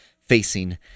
facing